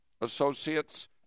associates